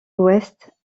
ouest